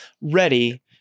ready